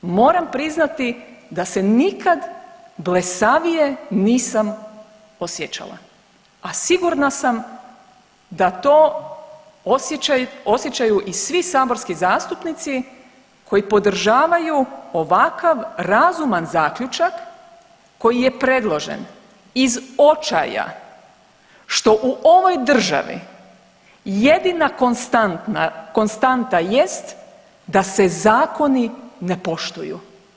Moram priznati da se nikad blesavije nisam osjećala, a sigurna sam da to osjećaju i svi saborski zastupnici koji podržavaju ovakav razuman zaključak koji je predložen iz očaja što u ovoj državi jedina konstantna, konstanta jest da se zakoni ne poštuju.